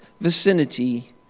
vicinity